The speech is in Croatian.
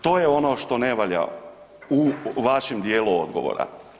To je ono što ne valja u vašem dijelu odgovora.